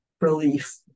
relief